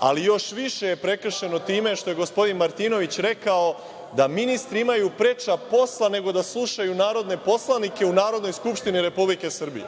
ali još više je prekršeno time što je gospodin Martinović rekao da ministri imaju preča posla, nego da slušaju narodne poslanike u Narodnoj skupštini Republike Srbije.